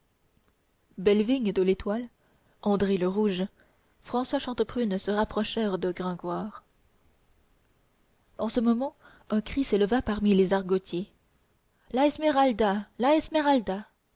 bellevigne de l'étoile andry le rouge françois chante prune se rapprochèrent de gringoire en ce moment un cri s'éleva parmi les argotiers la esmeralda la